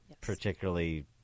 particularly